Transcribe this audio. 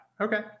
Okay